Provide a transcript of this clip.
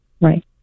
Right